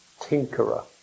tinkerer